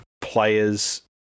players